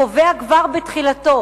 קובע כבר בתחילתו